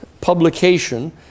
publication